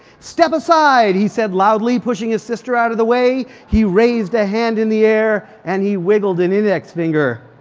step aside! he said loudly, pushing his sister out of the way. he raised a hand in the air and he wiggled an index finger.